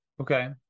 Okay